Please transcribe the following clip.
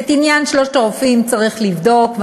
את עניין שלושת הרופאים צריך לבדוק,